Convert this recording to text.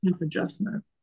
adjustment